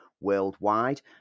worldwide